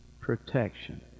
protection